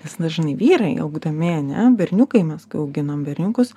nes dažnai vyrai augdami ane berniukai mes kai auginam berniukus